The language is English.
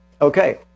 Okay